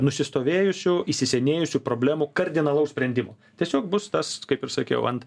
nusistovėjusių įsisenėjusių problemųkardinalaus sprendimo tiesiog bus tas kaip ir sakiau ant